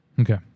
Okay